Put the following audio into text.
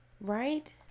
Right